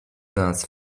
nas